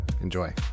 enjoy